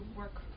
work